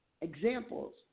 examples